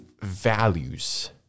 values